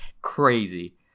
crazy